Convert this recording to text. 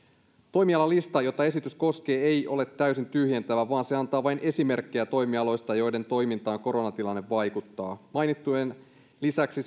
toimialalista jota esitys koskee ei ole täysin tyhjentävä vaan se antaa vain esimerkkejä toimialoista joiden toimintaan koronatilanne vaikuttaa mainittujen lisäksi